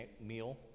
meal